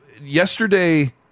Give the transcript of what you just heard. Yesterday